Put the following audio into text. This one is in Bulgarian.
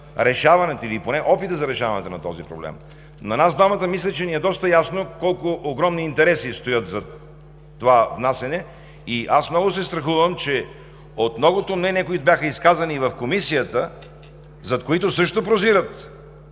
решаването или поне за опита за решаването на този проблем. Мисля, че на нас двамата ни е доста ясно колко огромни интереси стоят зад това внасяне и аз много се страхувам, че от многото мнения, които бяха изказани в Комисията, зад които също прозират